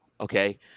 okay –